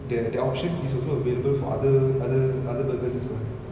the the option is also available for other other other burgers as well